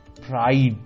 pride